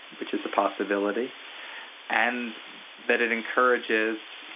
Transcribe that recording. which is a possibility and that it encourages, you